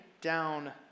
down